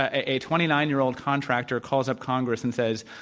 a twenty nine year old contractor calls up congress and says,